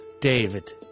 David